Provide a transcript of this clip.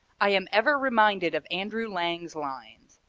i am ever reminded of andrew lang's lines,